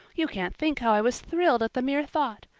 you can't think how i was thrilled at the mere thought.